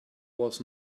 was